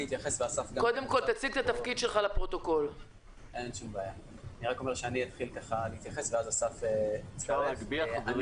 אני אתחיל להתייחס ואז אסף וסרצוג.